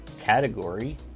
category